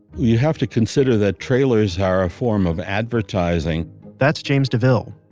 you have to consider that trailers are a form of advertising that's james deaville,